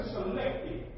selected